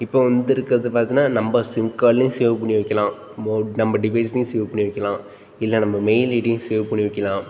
இப்போ வந்திருக்கறது பார்த்தீன்னா நம்ம சிம் கார்ட்லேயும் சேவ் பண்ணி வைக்கிலாம் மோ நம்ம டிவைஸ்லேயும் சேவ் பண்ணி வைக்கிலாம் இல்லை நம்ம மெயில் ஐடியும் சேவ் பண்ணி வைக்கிலாம்